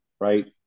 right